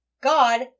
God